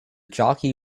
jockey